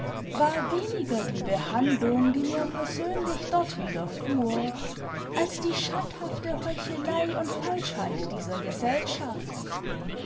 war weniger die behandlung die mir persönlich dort widerfuhr als die schandhafte heuchelei und falschheit dieser gesellschaft